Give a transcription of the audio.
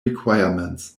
requirements